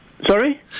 Sorry